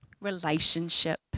relationship